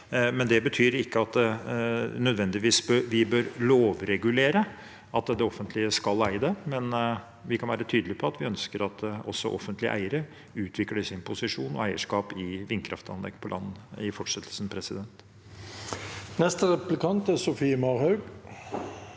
Det betyr ikke at vi nødvendigvis bør lovregulere at det offentlige skal eie det, men vi kan være tydelige på at vi ønsker at også offentlige eiere utvikler sin posisjon og sitt eierskap i vindkraftanlegg på land i fortsettelsen. Svein Harberg hadde her overtatt